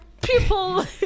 people